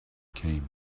came